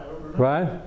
right